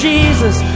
Jesus